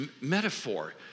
metaphor